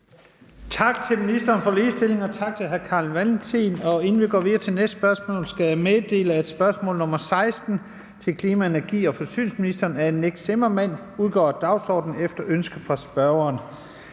Tak til ministeren for ligestilling, og tak til hr. Carl Valentin. Inden vi går videre til næste spørgsmål, skal jeg meddele, at spørgsmål nr. 16 til klima-, energi- og forsyningsministeren af Nick Zimmermann (spørgsmål nr. S 243) udgår af dagsordenen efter ønske fra spørgeren.